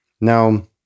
Now